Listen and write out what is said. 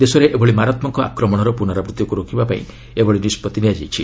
ଦେଶରେ ଏଭଳି ମାରାତ୍କକ ଆକ୍ରମଣର ପୁନରାବୂତ୍ତିକୁ ରୋକିବାପାଇଁ ଏହି ନିଷ୍ପଭି ନିଆଯାଇଛି